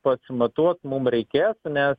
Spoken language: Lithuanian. patsimatuot mum reikės nes